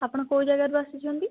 ଆପଣ କେଉଁ ଜାଗାରୁ ଆସିଛନ୍ତି